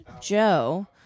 Joe